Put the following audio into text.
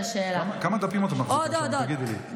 כמה דפים את מחזיקה, תגידי לי?